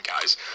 guys